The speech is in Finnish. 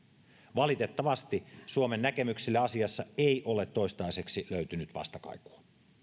valitettavasti suomen näkemyksille asiassa ei ole toistaiseksi löytynyt vastakaikua